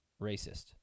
racist